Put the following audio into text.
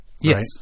Yes